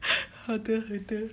好的好的